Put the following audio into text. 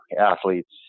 athletes